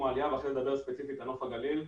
העלייה ואחר כך לדבר ספציפית על נוף הגליל.